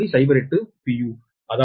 08 p